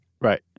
Right